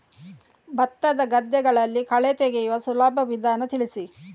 ಭತ್ತದ ಗದ್ದೆಗಳಲ್ಲಿ ಕಳೆ ತೆಗೆಯುವ ಸುಲಭ ವಿಧಾನ ತಿಳಿಸಿ?